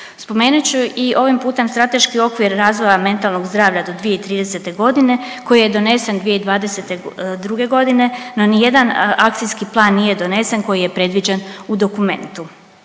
Spomenut ću i ovim putem strateški okvir razvoja mentalnog zdravlja do 2030. godine koji je donesen 2022. godine no ni jedan akcijski plan nije donesen koji je predviđen u dokumentu.